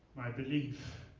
my belief